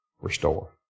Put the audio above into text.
restore